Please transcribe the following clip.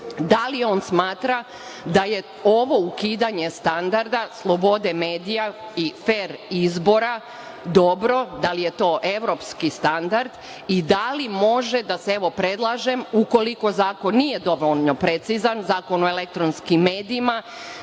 da li on smatra da je ovo ukidanje standarda slobode medija i fer izbora dobro? Da li je to evropski standard i da li može da se, evo, predlažem, ukoliko zakon nije dovoljno precizan, Zakon o elektronskim medijima,